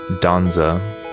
Danza